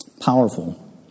Powerful